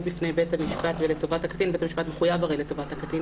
בפני בית המשפט ולטובת הקטין בית המשפט מחויב הרי לטובת הקטין